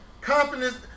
confidence